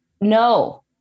No